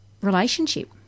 relationship